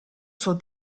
suo